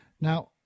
now